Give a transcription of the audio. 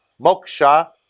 Moksha